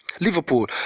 Liverpool